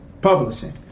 publishing